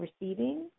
receiving